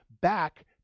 back